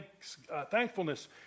thankfulness